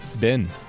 Ben